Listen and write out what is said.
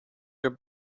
your